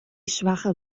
schwache